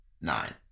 nine